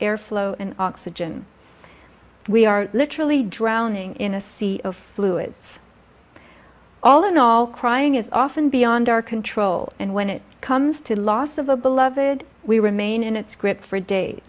airflow and oxygen we are literally drowning in a sea of fluids all in all crying is often beyond our control and when it comes to the loss of a beloved we remain in its grip for da